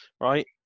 right